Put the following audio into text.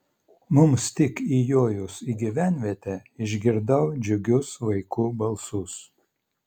mums tik įjojus į gyvenvietę išgirdau džiugius vaikų balsus